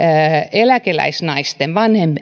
eläkeläisnaisten